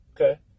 Okay